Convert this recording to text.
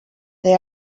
they